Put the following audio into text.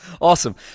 Awesome